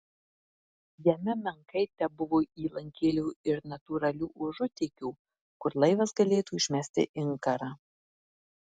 jame menkai tebuvo įlankėlių ir natūralių užutėkių kur laivas galėtų išmesti inkarą